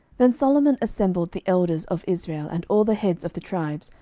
then solomon assembled the elders of israel, and all the heads of the tribes,